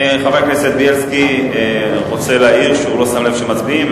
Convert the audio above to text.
חבר הכנסת בילסקי רוצה להעיר שהוא לא שם לב שמצביעים.